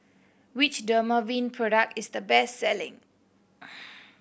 which Dermaveen product is the best selling